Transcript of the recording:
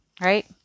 right